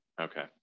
Okay